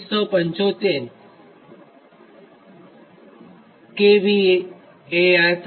7 3375 kVAr થાય